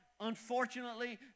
unfortunately